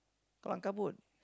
Garang Gabok